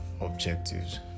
objectives